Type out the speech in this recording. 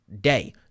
day